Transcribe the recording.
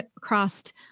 crossed